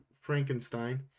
Frankenstein